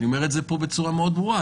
אני אומר את זה פה בצורה מאוד ברורה.